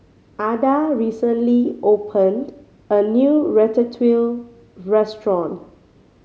Adah recently opened a new Ratatouille Restaurant